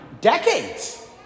Decades